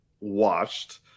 watched